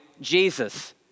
Jesus